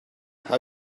how